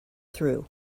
through